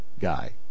guy